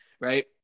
right